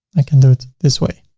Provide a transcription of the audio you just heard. i can do it this way.